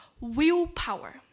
Willpower